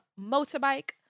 motorbike